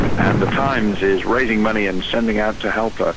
and the times is raising money and sending out to help her,